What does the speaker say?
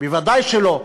ודאי שלא.